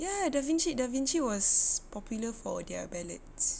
ya davichi davichi was popular for their ballads